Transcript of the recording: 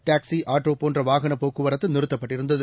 taxi auto போன்ற வாகனப் போக்குவரத்து நிறுத்தப்பட்டிருந்தது